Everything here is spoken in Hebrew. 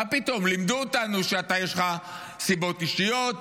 לימדו אותנו שיש לך נסיבות אישיות,